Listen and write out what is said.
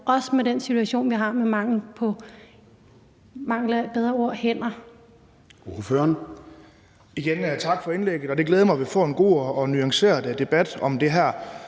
også med den situation, vi har med mangel på –